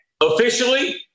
Officially